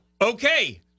Okay